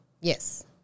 Yes